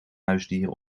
huisdier